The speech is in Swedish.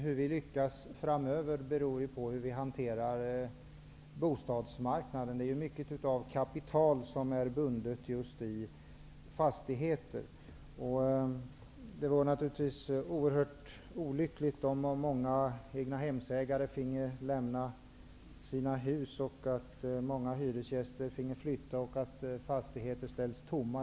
Hur vi lyckas framöver beror på hur vi hanterar bostadsmarknaden. Mycket av kapitalet är bundet just i fastigheter. Det vore naturligtvis oerhört olyckligt om många egnahemsägare finge lämna sina hus, om många hyresgäster finge flytta och fastigheterna ställdes tomma.